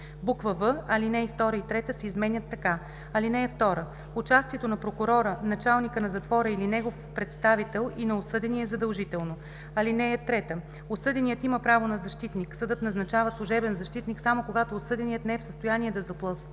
в) алинеи 2 и 3 се изменят така: „(2) Участието на прокурора, началника на затвора или негов представител и на осъдения е задължително. (3) Осъденият има право на защитник. Съдът назначава служебен защитник само когато осъденият не е в състояние да заплати